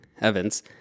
Evans